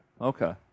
Okay